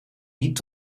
niet